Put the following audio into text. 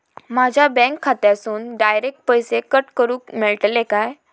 माझ्या बँक खात्यासून डायरेक्ट पैसे कट करूक मेलतले काय?